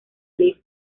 believe